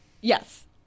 Yes